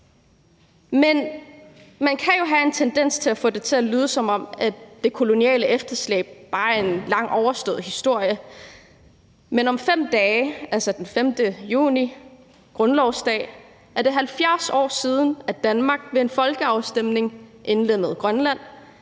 Men man kan jo have en tendens til at få det til at lyde, som om det koloniale efterslæb bare er en lang overstået historie, men om 5 dage, altså den 5. juni, grundlovsdag, er det 70 år siden, at Danmark ved en folkeafstemning indlemmede Grønland